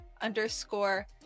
underscore